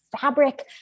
fabric